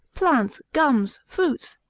plants, gums, fruits,